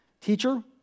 Teacher